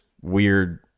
weird